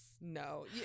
no